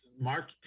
Mark